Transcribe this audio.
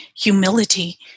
humility